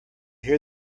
hear